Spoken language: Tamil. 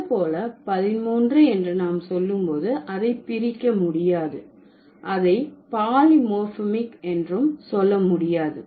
அதுபோல பதின்மூன்று என்று நாம் சொல்லும்போது அதை பிரிக்க முடியாது அதை பாலிமோர்பிமிக் என்றும் சொல்ல முடியாது